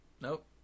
Nope